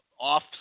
off